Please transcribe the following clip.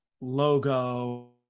logo